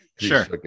sure